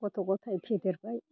गथ' गथाय फेदेरबाय